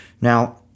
Now